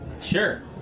Sure